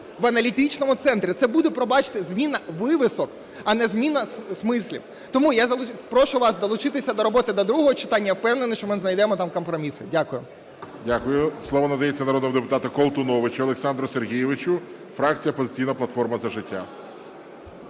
в аналітичному центрі, це буде, пробачте, зміна вивісок, а не зміна смислів. Тому я прошу вас долучитися до роботи до другого читання, впевнений, що ми знайдемо там компроміси. Дякую. ГОЛОВУЮЧИЙ. Дякую. Слово надається народному депутату Колтуновичу Олександру Сергійовичу, фракція "Опозиційна платформа – За життя".